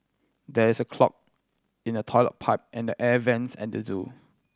there is a clog in the toilet pipe and the air vents at the zoo